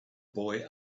boy